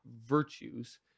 virtues